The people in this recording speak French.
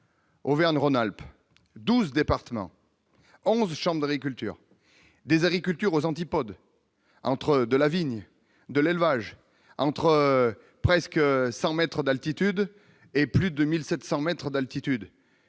Auvergne-Rhône-Alpes 12 départements 11 chambres d'agriculture des agricultures aux antipodes entre de la vigne de l'élevage entre presque 100 mètres d'altitude et plus 2700 mètres d'altitude